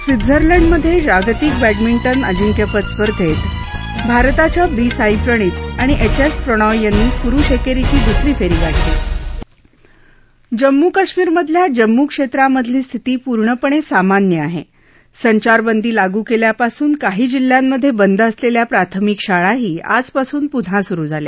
स्वित्झर्लंडमध्यज्ञागतिक badminton अजिंक्यपद स्पर्धेत भारताच्या बी साई प्रणित आणि एच एस प्रणोय यांनी पुरुष एक्रींची दुसरी फ्रीं गाठली जम्मू काश्मीरमधल्या जम्मू क्षप्रमिधली स्थिती पूर्णपण सामान्य आह संचारबदी लागू क्व्यिपासून काही जिल्ह्यांमध्यब्रिद असलल्या प्राथमिक शाळाही आजपासून पून्हा सुरु झाल्या